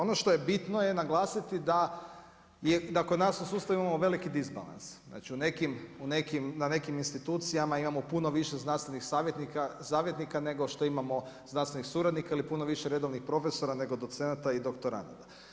Ono što je bitno je naglasiti da kod nas u sustavu imamo veliki disbalans, znači na nekim institucijama imamo puno više znanstvenih savjetnika, nego što imamo znanstvenih suradnika ili puno više redovnih profesora nego docenata i doktoranata.